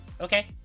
Okay